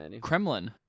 Kremlin